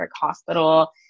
hospital